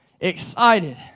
excited